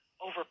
over